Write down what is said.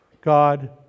God